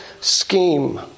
scheme